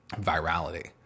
virality